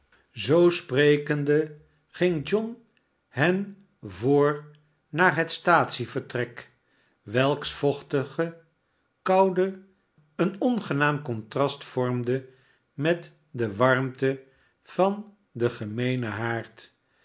zoo sprekende ging john hen voor naar het staatsievertrek welka vochtige koude een onaangenaam contrast vormde met de warmte van den gemeenen haard